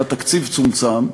והתקציב צומצם,